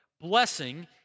blessing